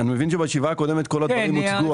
אני מבין שבישיבה הקודמת הכול הוצג.